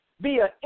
via